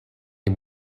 les